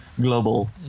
global